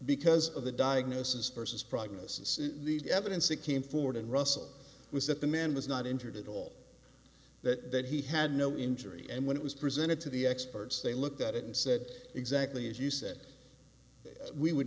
because of the diagnosis versus prognosis the evidence it came forward and russell was that the man was not injured at all that he had no injury and when it was presented to the experts they looked at it and said exactly as you said we would